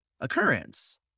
occurrence